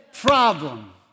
problem